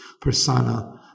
persona